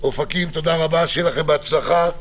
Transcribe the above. אופקים, תודה רבה, שיהיה לכם בהצלחה.